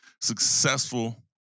successful